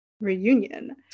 reunion